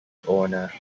honor